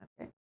Okay